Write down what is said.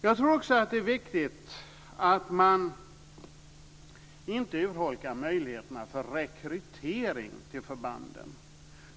Jag tror också att det är viktigt att man inte urholkar möjligheterna för rekrytering till förbanden.